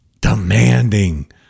Demanding